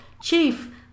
Chief